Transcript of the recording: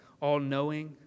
all-knowing